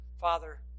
Father